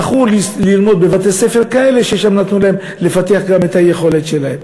הם זכו ללמוד בבתי-ספר כאלה ששם נתנו להם לפתח גם את היכולת שלהם.